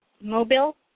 mobile